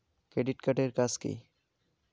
Credit card এর কাজ কি?